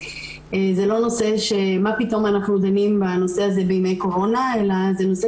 זה לא נושא שמה פתאום אנחנו דנים בנושא הזה בימי קורונה אלא זה נושא